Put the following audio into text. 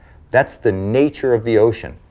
that's the nature of the ocean.